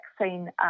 vaccine